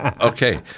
Okay